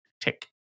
Tick